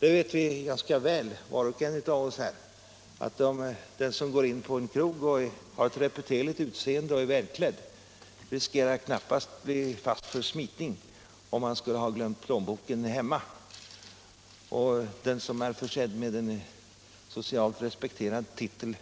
Var och en av oss vet ganska väl att den som går in på en krog och som har ett reputerligt utseende och är välklädd knappast riskerar att bli fast för smitning om han skulle ha glömt plånboken hemma, och den som är försedd med en socialt respekterad titel